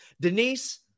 Denise